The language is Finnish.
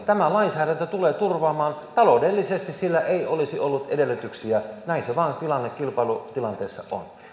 tämä lainsäädäntö tulee turvaamaan taloudellisesti sillä ei olisi ollut edellytyksiä näin se vaan tilanne kilpailutilanteessa on